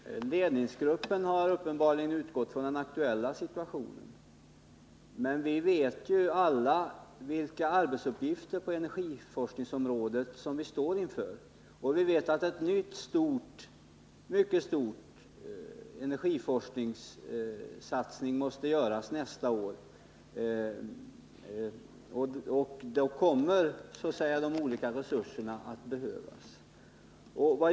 Fru talman! Ledningsgruppen har uppenbarligen utgått från den aktuella situationen, men vi vet ju alla vilka arbetsuppgifter vi står inför på energiforskningsområdet. Vi vet att en ny och mycket stor satsning på energiforskningen måste göras nästa år, och då kommer de olika resurserna att behövas.